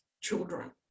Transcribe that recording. children